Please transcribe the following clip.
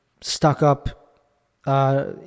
stuck-up